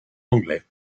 anglais